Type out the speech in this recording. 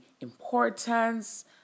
importance